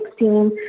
2016